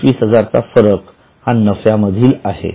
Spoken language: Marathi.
२५००० चा फरक हा नफ्यामधील आहे